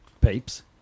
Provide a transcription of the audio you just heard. peeps